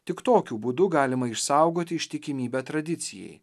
tik tokiu būdu galima išsaugoti ištikimybę tradicijai